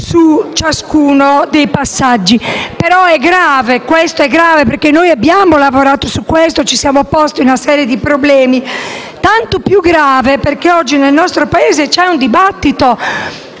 su ciascun passaggio. Però, ciò è grave perché abbiamo lavorato su questo e ci siamo posti una serie di problemi. È tanto più grave perché oggi nel nostro Paese c'è un dibattito